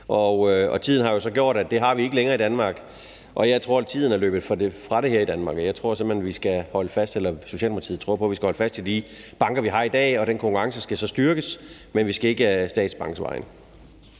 Tiden har jo så gjort, at det har vi ikke længere i Danmark. Jeg tror, tiden er løbet fra det her i Danmark. Jeg tror simpelt hen på, eller Socialdemokratiet tror på, at vi skal holde fast i de banker, vi har i dag. Den konkurrence skal så styrkes, men vi skal ikke statsbanksvejen.